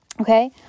Okay